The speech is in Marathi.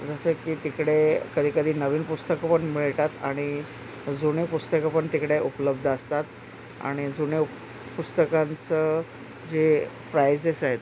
जसं की तिकडे कधीकधी नवीन पुस्तकं पण मिळतात आणि जुने पुस्तकं पण तिकडे उपलब्ध असतात आणि जुने पुस्तकांचं जे प्रायजेस आहेत